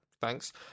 thanks